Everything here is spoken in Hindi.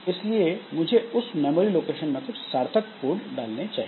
इसलिए मुझे उस मेमोरी लोकेशन में कुछ सार्थक कोड डालने चाहिए